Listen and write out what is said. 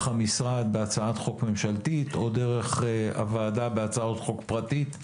המשרד בהצעת חוק ממשלתית או דרך הוועדה בהצעת חוק פרטית,